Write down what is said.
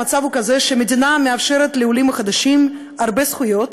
המצב הוא כזה שהמדינה מאפשרת לעולים החדשים הרבה זכויות,